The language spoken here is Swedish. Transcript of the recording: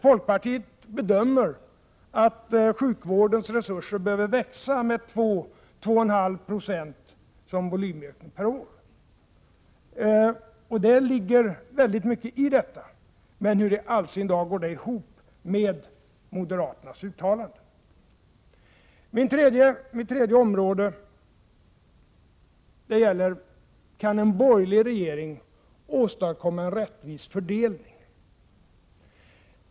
Folkpartiet bedömer att sjukvårdens resurser behöver en volymökning på 2-2,5 Ib per år. Det ligger väldigt mycket i detta, men hur i all sin dar går det ihop med moderaternas uttalande? Min tredje fråga gäller: Kan en borgerlig regering åstadkomma en rättvis fördelning?